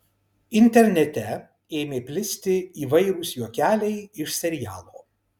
internete ėmė plisti įvairūs juokeliai iš serialo